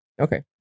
Okay